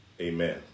amen